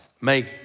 make